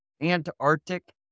Antarctic